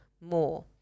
more